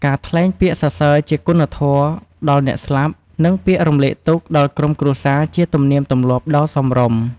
ការថ្លែងពាក្យសរសើរជាគុណធម៌ដល់អ្នកស្លាប់ និងពាក្យរំលែកទុក្ខដល់ក្រុមគ្រួសារជាទំនៀមទម្លាប់ដ៏សមរម្យ។